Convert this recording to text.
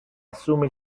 assume